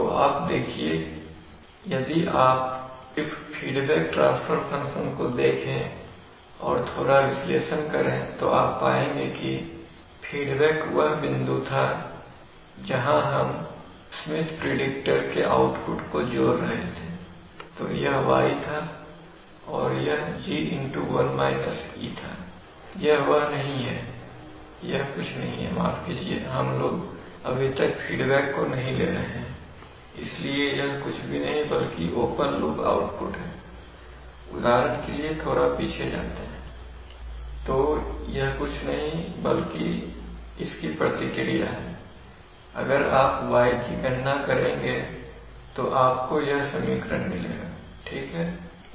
तो आप देखिए किए यदि आप सिर्फ फीडबैक ट्रांसफर फंक्शन को देखें और उसका थोड़ा विश्लेषण करें तो आप पाएंगे कि फीडबैक वह बिंदु था जहां हम स्मिथ प्रिडिक्टर के आउटपुट को जोड़ रहे थे तो यह y था और यह G था यह वह नहीं है यह कुछ नहीं है माफ कीजिए हम लोग अभी तक फीडबैक को नहीं ले रहे हैं इसलिए यह कुछ नहीं बल्कि ओपन लूप आउटपुट है उदाहरण के लिए थोड़ा पीछे जाते हैं तो यह कुछ नहीं बल्कि इसकी प्रतिक्रिया है अगर आप y की गणना करेंगे तो आपको यह समीकरण मिलेगा ठीक है